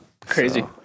crazy